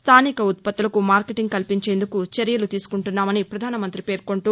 స్థానిక ఉత్పత్తులకు మార్కెటింగ్ కల్పించేందుకు చర్యలు తీసుకుంటున్నామని పధానమంతి పేర్కొంటూ